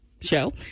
show